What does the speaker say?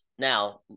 Now